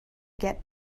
get